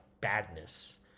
badness